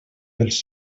pels